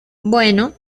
bueno